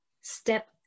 step